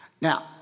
Now